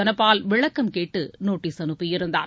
தனபால் விளக்கம் கேட்டு நோட்டீஸ் அனுப்பியிருந்தார்